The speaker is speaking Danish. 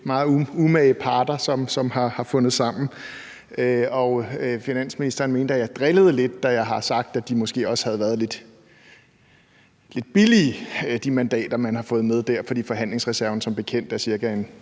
meget umage parter, som har fundet sammen. Og finansministeren mente, at jeg drillede lidt, da jeg sagde, at de måske også havde været lidt billige, de mandater, man har fået med der, fordi forhandlingsreserven som bekendt cirka er